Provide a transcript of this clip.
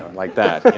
and like that,